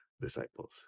disciples